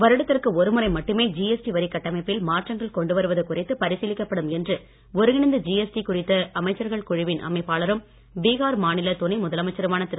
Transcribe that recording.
வருடத்திற்கு ஒருமுறை மட்டுமே ஜிஎஸ்டி வரி கட்டமைப்பில் மாற்றங்கள் கொண்டு வருவது குறித்து பரிசீலிக்கப்படும் என்று ஒருங்கிணைந்த ஜிஎஸ்டி குறித்த அமைச்சர்கள் குழுவின் அமைப்பாளரும் பீகார் மாநில துணை முதலமைச்சருமான திரு